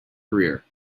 career